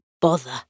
bother